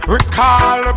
Recall